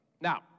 Now